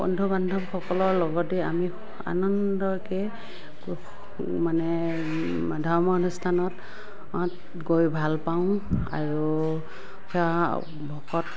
বন্ধু বান্ধৱসকলৰ লগতে আমি আনন্দকে মানে ধৰ্ম অনুষ্ঠানত গৈ ভালপাওঁ আৰু সেৱা ভকত